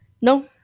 No